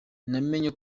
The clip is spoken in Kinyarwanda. namenye